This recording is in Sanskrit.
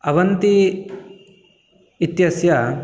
अवन्ती इत्यस्य